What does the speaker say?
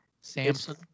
Samson